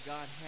God